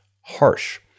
Harsh